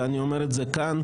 ואני אומר את זה כאן,